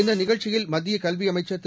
இந்த நிகழ்ச்சியில் மத்திய கல்வி அமைச்சர் திரு